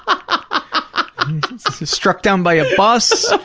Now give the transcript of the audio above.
um struck down by a bus?